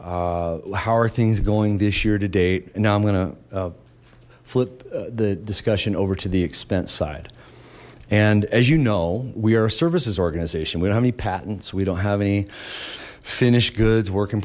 level how are things going this year to date and now i'm gonna flip the discussion over to the expense side and as you know we are services organization we know how many patents we don't have any finished goods work in